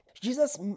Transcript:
Jesus